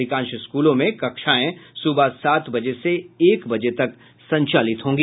अधिकांश स्कूलों में कक्षाएं सुबह सात बजे से एक बजे तक संचालित होगी